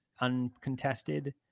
uncontested